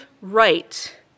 right